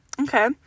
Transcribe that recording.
Okay